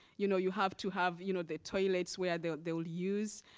you know you have to have you know the toilets where they'll they'll use.